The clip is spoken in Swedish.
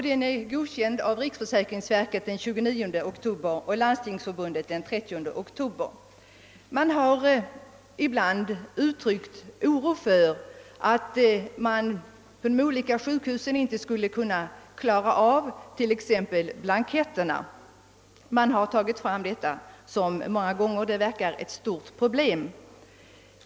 Den godkändes av riksförsäkringsverket den 29 oktober och av Landstingsförbundet den 30 oktober. Det har ibland uttryckts oro för att sjukhusen inte skulle kunna klara t.ex. blanketterna. Detta har framförts på ett sådant sätt att det många gånger verkat som om detta vore ett stort problem.